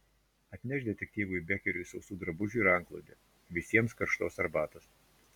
atnešk detektyvui bekeriui sausų drabužių ir antklodę visiems karštos arbatos